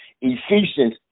Ephesians